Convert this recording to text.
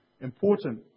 important